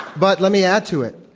but let me add to it,